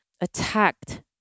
attacked